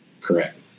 Correct